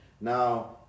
Now